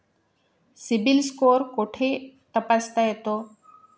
CIBIL score कुठे तपासता येतो?